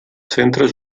centres